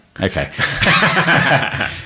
okay